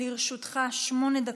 לרשותך שמונה דקות,